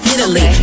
Italy